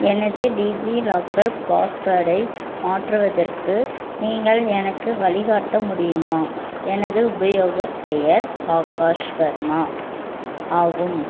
எனது டிஜிலாக்கர் பாஸ்வேர்டை மாற்றுவதற்கு நீங்கள் எனக்கு வழிகாட்ட முடியுமா எனது உபயோகப் பெயர் ஆகாஷ் வர்மா ஆகும்